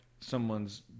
someone's